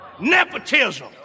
nepotism